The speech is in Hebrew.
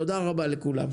תודה רבה לכולם.